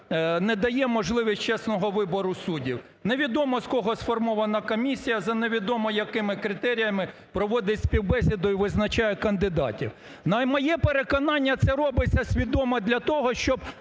не дає можливість чесного вибору суддів. Невідомо з кого сформована комісія, за невідомо якими критеріями проводить співбесіду і визначає кандидатів. На моє переконання, це робиться свідомо для того, щоб